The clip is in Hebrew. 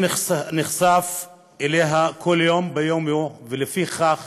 אני נחשף אליה מדי יום ביומו, ולפיכך,